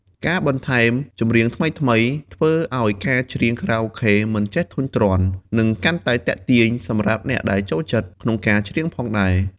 ការបន្ថែមចម្រៀងថ្មីៗធ្វើឱ្យការច្រៀងខារ៉ាអូខេមិនចេះធុញទ្រាន់ និងកាន់តែទាក់ទាញសម្រាប់អ្នកដែលចូលចិត្តក្នុងការច្រៀងផងដែរ។